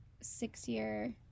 six-year